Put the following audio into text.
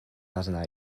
arna